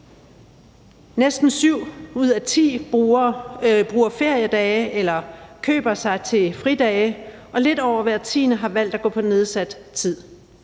Næsten syv ud af ti bruger feriedage eller køber sig til fridage, og lidt over hver tiende har valgt at gå på nedsat tid.